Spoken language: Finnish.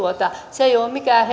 se ei ole mikään